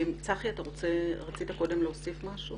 צחי, רצית קודם להוסיף משהו?